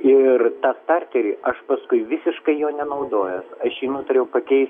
ir tą starterį aš paskui visiškai jo nenaudojęs aš jį nutariau pakeisti